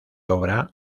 obra